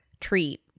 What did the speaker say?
treat